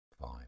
five